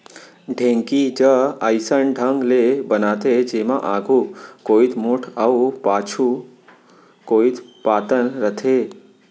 ढेंकी ज अइसन ढंग ले बनाथे जेमा आघू कोइत मोठ अउ पाछू कोइत पातन रथे